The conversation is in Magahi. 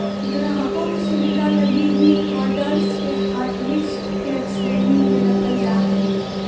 ग्राहकों के सुविधा लगी ही कार्ड्स के हाटलिस्ट के श्रेणी में रखल जा हइ